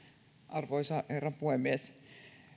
arvoisa herra puhemies